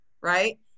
right